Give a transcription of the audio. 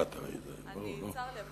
צר לי,